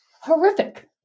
horrific